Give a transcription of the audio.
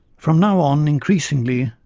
from now on, increasingly,